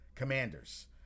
Commanders